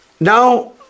Now